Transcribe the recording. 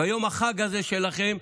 ביום החג הזה שלכם,